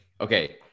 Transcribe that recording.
Okay